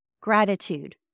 gratitude